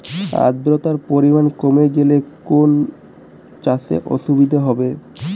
আদ্রতার পরিমাণ কমে গেলে কোন কোন চাষে অসুবিধে হবে?